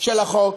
של החוק,